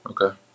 Okay